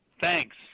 thanks